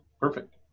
perfect